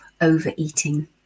overeating